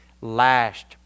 lashed